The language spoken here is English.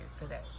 today